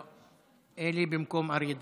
אלי במקום אריה דרעי,